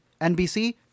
NBC